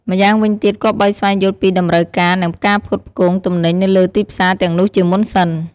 ម្យ៉ាងវិញទៀតគប្បីស្វែងយល់ពី តម្រូវការ និងការផ្គត់ផ្គង់ ទំនិញនៅលើទីផ្សារទាំងនោះជាមុនសិន។